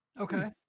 Okay